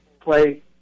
play